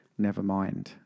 Nevermind